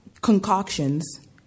concoctions